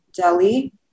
Delhi